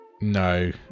No